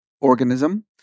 organism